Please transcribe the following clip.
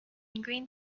green